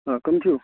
آ کٕم چھُو